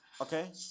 Okay